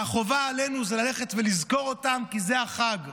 והחובה עלינו היא לזכור אותם, כי זה החג.